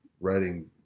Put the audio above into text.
writing